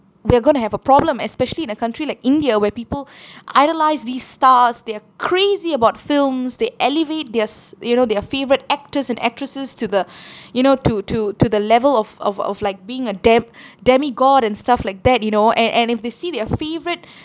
we're going to have a problem especially in a country like india where people idolise these stars they are crazy about films they elevate theirs you know their favourite actors and actresses to the you know to to to the level of of of like being a dem~ demi god and stuff like that you know and and if they see their favourite